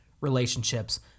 relationships